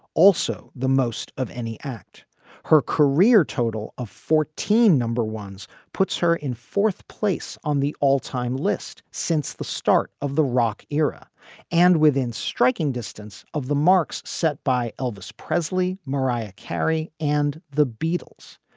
also, the most of any act her career total of fourteen number ones puts her in fourth place on the all time list. since the start of the rock era and within striking distance of the marks set by elvis presley, mariah carey and the beatles,